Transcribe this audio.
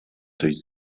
coś